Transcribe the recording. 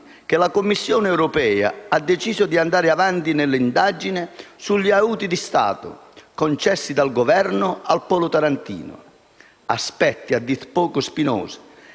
che la Commissione europea ha deciso di andare avanti nell'indagine sugli aiuti di Stato concessi dal Governo al polo tarantino, aspetti a dir poco spinosi